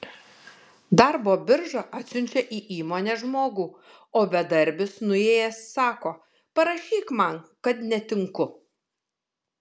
darbo birža atsiunčia į įmonę žmogų o bedarbis nuėjęs sako parašyk man kad netinku